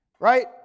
Right